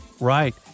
Right